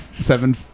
seven